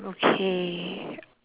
okay